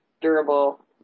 durable